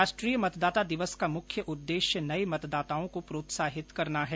राष्ट्रीय मतदाता दिवस का मुख्य उद्देश्य नये मतदाताओं को प्रोत्साहित करना है